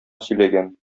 сөйләгән